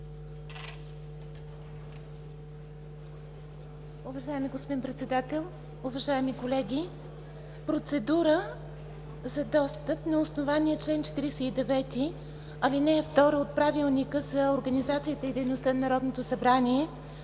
Уважаеми господин Председател, уважаеми колеги! Процедура за достъп на основание чл. 49, ал. 2 от Правилника за организацията и